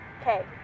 Okay